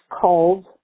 called